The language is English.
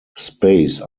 space